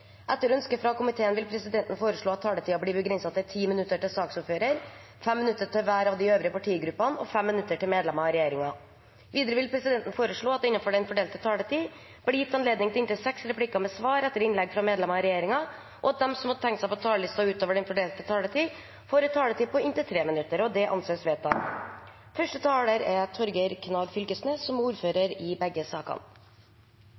Etter ønske fra kontroll- og konstitusjonskomiteen vil presidenten foreslå at taletiden blir begrenset til 10 minutter til saksordføreren, 5 minutter til hver av de øvrige partigruppene og 5 minutter til medlemmer av regjeringen. Videre vil presidenten foreslå at det – innenfor den fordelte taletid – blir gitt anledning til inntil seks replikker med svar etter innlegg fra medlemmer av regjeringen, og at de som måtte tegne seg på talerlisten utover den fordelte taletid, får en taletid på inntil 3 minutter. – Det anses vedtatt.